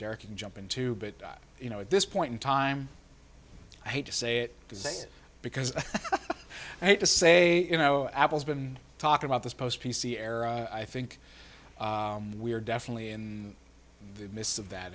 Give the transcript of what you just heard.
derek can jump into bit you know at this point in time i hate to say it to say it because i hate to say you know apple's been talking about this post p c era i think we're definitely in the midst of that